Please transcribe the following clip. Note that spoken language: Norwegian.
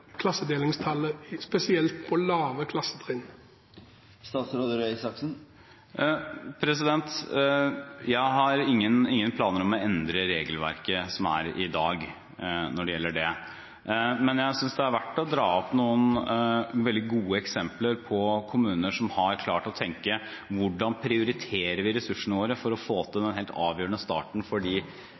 klassedelingstallet spesielt på lave klassetrinn? Jeg har ingen planer om å endre regelverket som er i dag, når det gjelder dette. Men jeg synes det er verdt å dra opp noen veldig gode eksempler på kommuner som har klart å tenke: Hvordan prioriterer vi ressursene våre for å få til den helt avgjørende starten for de